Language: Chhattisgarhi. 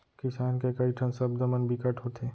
किसान के कइ ठन सब्द मन बिकट होथे